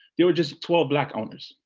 there were just twelve black owners.